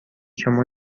شما